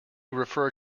refer